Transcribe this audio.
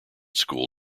school